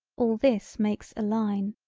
all this makes a line,